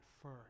first